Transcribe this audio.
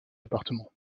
appartement